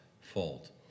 fault